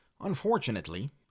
Unfortunately